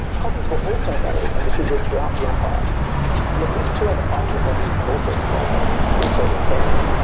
copies were also made and distributed throughout the empire and at least two other partial copies have also survived, also in turkey.